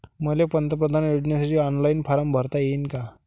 मले पंतप्रधान योजनेसाठी ऑनलाईन फारम भरता येईन का?